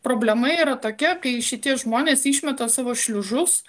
problema yra tokia kai šitie žmonės išmeta savo šliužus